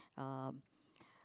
um